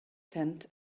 tent